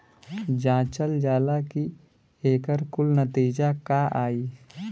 जांचल जाला कि एकर कुल नतीजा का आई